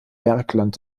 bergland